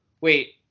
wait